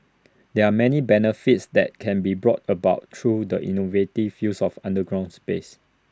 there are many benefits that can be brought about through the innovative use of underground space